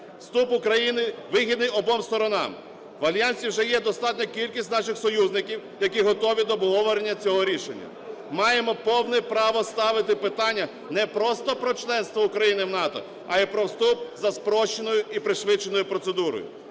Вступ України вигідний обом сторонам. В Альянсі вже є достатня кількість наших союзників, які готові до обговорення цього рішення. Маємо повне право ставити питання не просто про членство України в НАТО, а і про вступ за спрощеною і пришвидшеною процедурою.